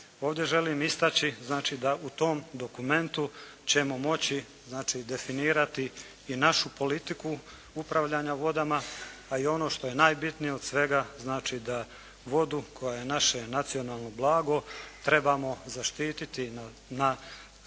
Ovdje želim istaći znači da u tom dokumentu ćemo moći znači definirati i našu politiku upravljanja vodama, a i ono što je najbitnije od svega znači da vodu koja je naše nacionalno blago trebamo zaštiti na sve